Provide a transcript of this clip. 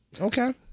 Okay